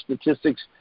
Statistics